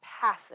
passive